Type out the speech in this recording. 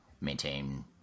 maintain